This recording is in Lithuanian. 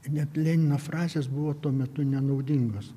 net lenino frazės buvo tuo metu nenaudingos